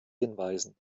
hinweisen